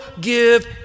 give